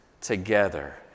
together